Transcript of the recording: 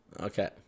Okay